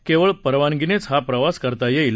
केवळ परवानगीनेच हा प्रवास करता येईल